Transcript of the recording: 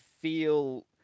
feel